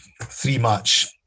three-match